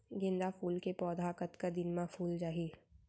गेंदा फूल के पौधा कतका दिन मा फुल जाही?